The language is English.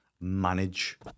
manage